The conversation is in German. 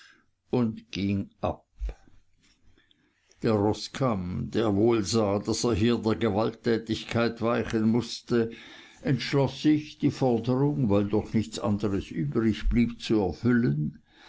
und ging ab der roßkamm der wohl sah daß er hier der gewalttätigkeit weichen mußte entschloß sich die forderung weil doch nichts anders übrigblieb zu erfüllen